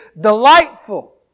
delightful